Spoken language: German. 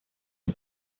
dem